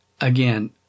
again